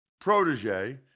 protege